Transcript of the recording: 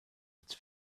its